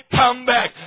comeback